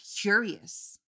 curious